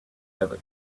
ever